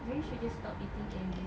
maybe we should stop eating candies